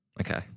Okay